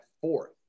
fourth